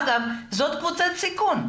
אגב, זאת קבוצת סיכון.